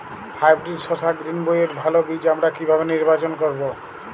Hybrid শসা গ্রীনবইয়ের ভালো বীজ আমরা কিভাবে নির্বাচন করব?